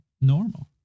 normal